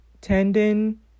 tendon